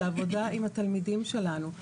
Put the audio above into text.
זה העבודה עם התלמידים שלנו.